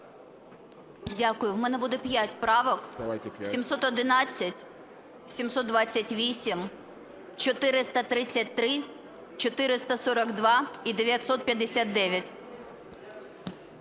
Дякую. У мене буде п'ять правок: 711, 728, 433, 442 і 959.